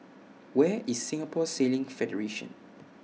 Where IS Singapore Sailing Federation